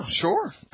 sure